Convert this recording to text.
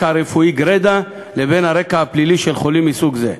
הרפואי גרידא לבין הרקע הפלילי של חולים מסוג זה.